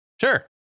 Sure